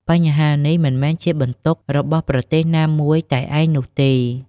បញ្ហានេះមិនមែនជាបន្ទុករបស់ប្រទេសណាមួយតែឯងនោះទេ។